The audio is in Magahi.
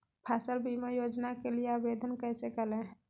फसल बीमा योजना के लिए आवेदन कैसे करें?